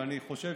ואני חושב